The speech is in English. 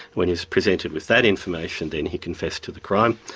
when he was presented with that information then he confessed to the crime.